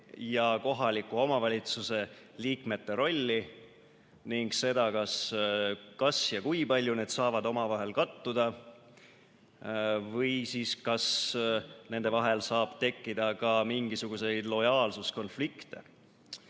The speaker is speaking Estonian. ja kohaliku omavalitsuse liikmete rolli ning seda, kas ja kui palju need saavad omavahel kattuda või kas nende vahel saab tekkida ka mingisuguseid lojaalsuskonflikte. Selleks,